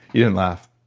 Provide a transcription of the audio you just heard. you didn't laugh